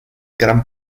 gran